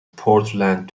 portland